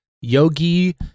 Yogi